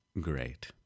great